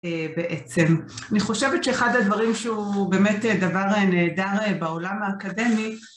בעצם. אני חושבת שאחד הדברים שהוא באמת דבר נהדר בעולם האקדמי